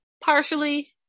partially